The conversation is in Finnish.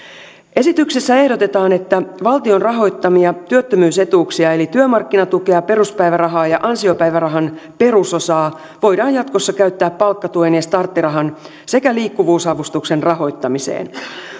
esityksessä ehdotetaan että valtion rahoittamia työttömyysetuuksia eli työmarkkinatukea peruspäivärahaa ja ansiopäivärahan perusosaa voidaan jatkossa käyttää palkkatuen ja starttirahan sekä liikkuvuusavustuksen rahoittamiseen